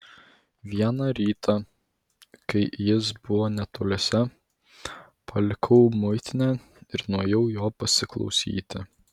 vieną rytą kai jis buvo netoliese palikau muitinę ir nuėjau jo pasiklausyti